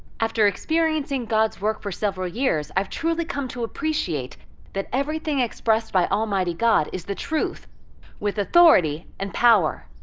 after experiencing god's work for several years, i've truly come to appreciate that everything expressed by almighty god is the truth with authority and power,